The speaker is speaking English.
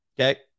Okay